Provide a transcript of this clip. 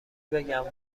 بگم